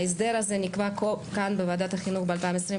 ההסדר הזה נקבע כאן בוועדת החינוך ב-2021,